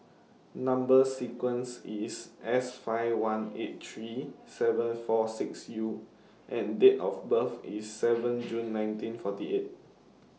Number sequence IS S five one eight three seven four six U and Date of birth IS seven June nineteen forty eight